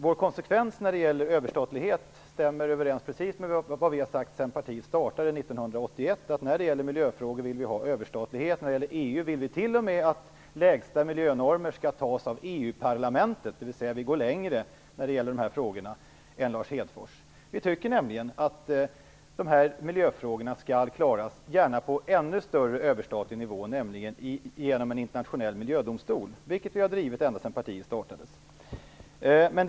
Vår politik när det gäller överstatlighet stämmer, helt konsekvent, precis överens med vad vi har sagt sedan partiet startade 1981: När det gäller miljöfrågor vill vi ha överstatlighet och när det gäller EU vill vi t.o.m. att lägsta miljönormer skall antas av Europaparlamentet, dvs. att vi går längre i denna fråga än Lars Hedfors. Vi tycker nämligen att miljöfrågorna gärna skall klaras på en ännu högre överstatlig nivå, i en internationell miljödomstol. Det här har vi drivit sedan partiet startade.